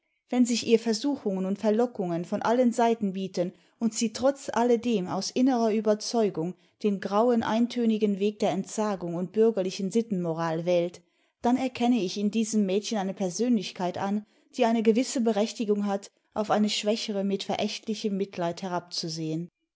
wenn sich ihr versuchungen und verlockungen von allen seiten bieten und sie trotz alledem aus innerer uberzeugg den grauen eintönigen weg der entsagimg und bürgerlichen sittenmoral wählt dann erkenne ich in diesem mädchen eine persönlichkeit an die eine gewisse berechtigung hat auf eine schwächere mit verächtlichem mitleid herabzusehen